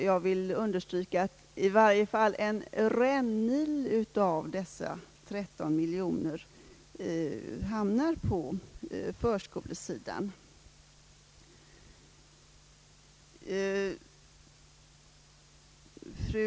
Jag vill understryka att i varje fall en rännil av dessa 13 miljoner hamnar på förskolesidan.